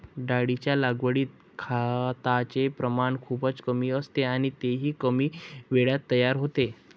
डाळींच्या लागवडीत खताचे प्रमाण खूपच कमी असते आणि तेही कमी वेळात तयार होते